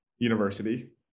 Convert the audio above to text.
University